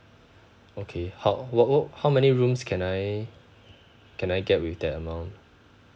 okay how what what how many rooms can I can I get with that amount